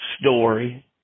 story